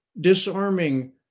disarming